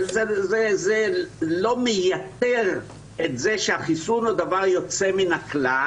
זה לא מייתר את זה שהחיסון הוא דבר יוצא מן הכלל,